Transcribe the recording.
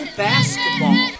basketball